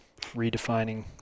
redefining